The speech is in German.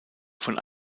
von